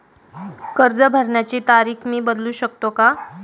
कर्ज भरण्याची तारीख मी बदलू शकतो का?